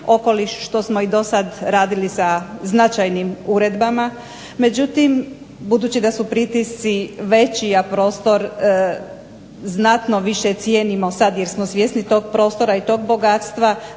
što smo i do sada radili sa značajnim uredbama. Međutim budući da su pritisci veći, a prostor znatno više cijenimo sada jer smo svjesni tog prostora i tog bogatstva